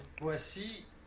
voici